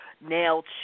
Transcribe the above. nailed